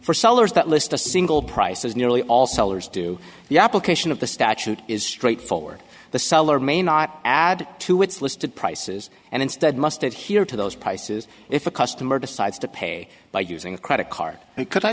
for sellers that list a single price as nearly all sellers do the application of the statute is straightforward the seller may not add to its listed prices and instead must adhere to those prices if a customer decides to pay by using a credit card and